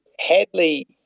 Hadley